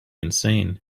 insane